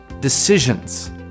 decisions